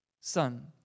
son